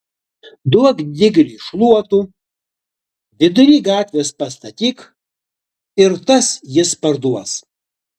duok digriui šluotų vidury gatvės pastatyk ir tas jis parduos